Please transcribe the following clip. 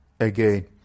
again